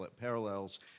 parallels